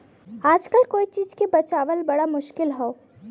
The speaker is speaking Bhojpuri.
आजकल कोई चीज के बचावल बड़ा मुश्किल हौ